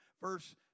Verse